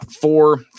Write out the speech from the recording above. four